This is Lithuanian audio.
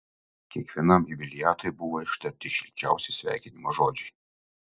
kiekvienam jubiliatui buvo ištarti šilčiausi sveikinimo žodžiai